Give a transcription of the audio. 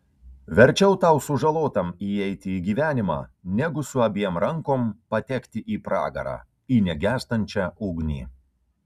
verčiau tau sužalotam įeiti į gyvenimą negu su abiem rankom patekti į pragarą į negęstančią ugnį